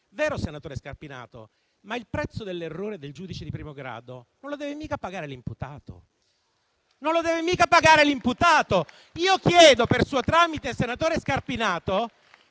Vero, senatore Scarpinato, ma il prezzo dell'errore del giudice di primo grado non lo deve mica pagare l'imputato. Io chiedo al senatore Scarpinato